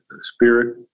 spirit